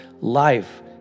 life